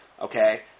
Okay